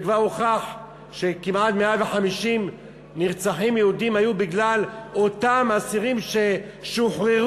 וכבר הוכח שהיו כמעט 150 נרצחים יהודים בגלל אותם אסירים ששוחררו,